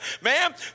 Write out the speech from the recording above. ma'am